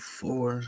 four